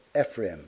Ephraim